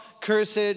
cursed